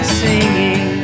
singing